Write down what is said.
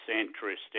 interest